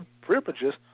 privileges